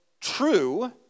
true